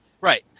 Right